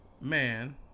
man